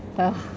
ugh